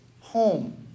home